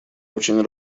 очень